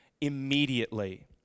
immediately